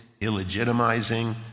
illegitimizing